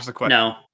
No